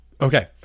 Okay